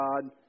God